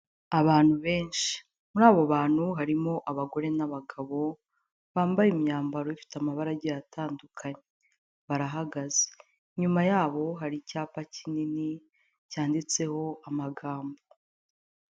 Abantu benshi. Muri abo bantu harimo abagore n'abagabo bambaye imyambaro ifite amabara agenda atandukanye. Barahagaze, Inyuma ya hari icyapa kinini cyanditseho amagambo.